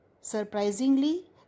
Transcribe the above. Surprisingly